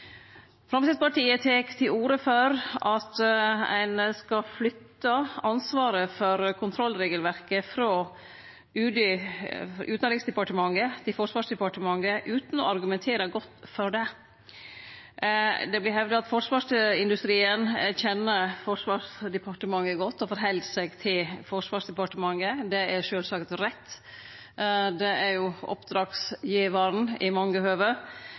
Framstegspartiet tek til orde for at ein skal flytte ansvaret for kontrollregelverket frå Utanriksdepartementet til Forsvarsdepartementet, utan å argumentere godt for det. Det vert hevda at forsvarsindustrien kjenner Forsvarsdepartementet godt og rettar seg etter Forsvarsdepartementet. Det er sjølvsagt rett. Det er jo oppdragsgivaren i mange høve.